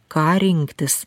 ką rinktis